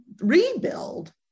rebuild